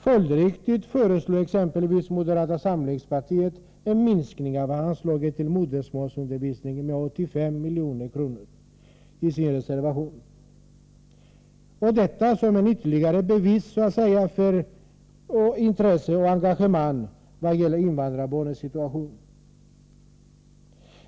Följdriktigt föreslår exempelvis moderata samlingspartiet i sin reservation en minskning av anslaget till modersmålsundervisning med 85 milj.kr., som ett ytterligare bevis för ointresse och bristande engagemang vad gäller invandrarbarnens situation.